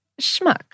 Schmuck